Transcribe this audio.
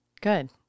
good